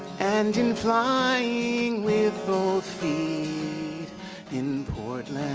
and in flying with both feet in portland